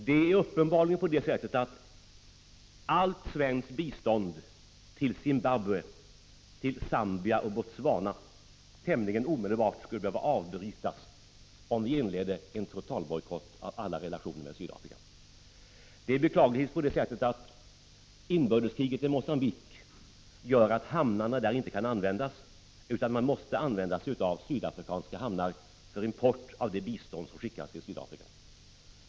Det är uppenbarligen på det sättet att allt svenskt bistånd till Zimbabwe, Zambia och Botswana tämligen omedelbart skulle behöva avbrytas om vi inledde en totalbojkott av alla relationer med Sydafrika. Beklagligtvis gör inbördeskriget i Mogambique att hamnarna där inte kan användas, utan man måste använda sig av sydafrikanska hamnar för import av det bistånd som skickas.